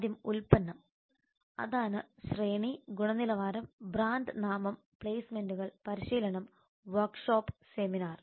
ആദ്യം ഉൽപ്പന്നം അതാണ് ശ്രേണി ഗുണനിലവാരം ബ്രാൻഡ് നാമം പ്ലെയ്സ്മെന്റുകൾ പരിശീലനം വർക്ക്ഷോപ്പ് സെമിനാർ